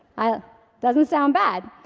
ah doesn't sound bad.